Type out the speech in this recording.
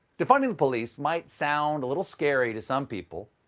defunding the police might sound a little scary to some people.